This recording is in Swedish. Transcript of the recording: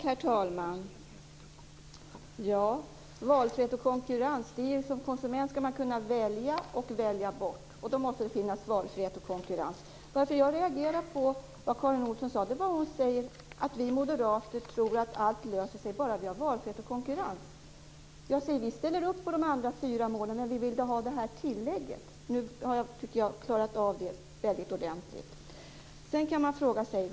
Herr talman! Som konsument skall man kunna både välja och välja bort. Således måste det finnas valfrihet och konkurrens. Jag reagerar när Karin Olsson säger att vi moderater tror att allting löser sig bara vi har valfrihet och konkurrens. Jag säger att vi ställer upp på de andra fyra målen men att vi vill ha ett tilllägg. Med detta tycker jag att jag ordentligt har klarat av den saken.